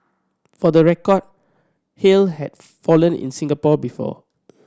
for the record hail have fallen in Singapore before